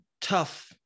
tough